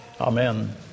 Amen